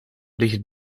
licht